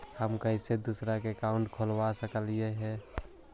हम कैसे दूसरा का अकाउंट खोलबा सकी ही?